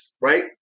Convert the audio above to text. right